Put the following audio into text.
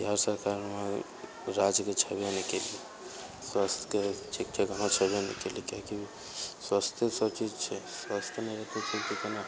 बिहार सरकारमे उ राज्यके छेबे नहि केलय स्वास्थ्यके छेबे नहि केलय किआकि स्वास्थय सब चीज छै स्वास्थ्य नहि रहतय तऽ कोना होतय